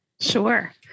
Sure